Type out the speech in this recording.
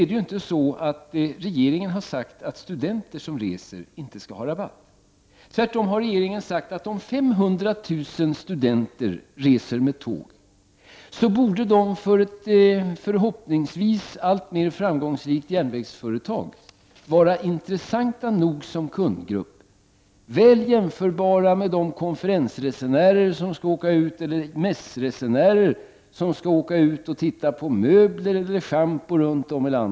Det är inte så att regeringen har sagt att studenter som reser inte skall ha SJ-rabatt. Tvärtom har regeringen sagt att om 500 000 studenter reser med tåg borde de som kundgrupp vara intressanta nog för ett förhoppningsvis alltmer framgångsrikt järnvägsföretag för att ges rabatt. Denna viktiga kundgrupp borde vara väl jämförbar med mässresenärer som skall ut i landet och titta på möbler eller schampo.